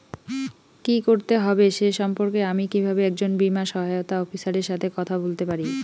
কী করতে হবে সে সম্পর্কে আমি কীভাবে একজন বীমা সহায়তা অফিসারের সাথে কথা বলতে পারি?